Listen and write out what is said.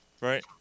Right